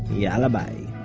yalla bye